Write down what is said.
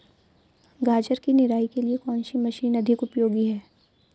गाजर की निराई के लिए कौन सी मशीन अधिक उपयोगी है?